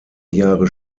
jahre